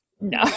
no